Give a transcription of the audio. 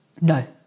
No